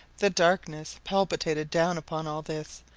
the darkness palpitated down upon all this,